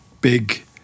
big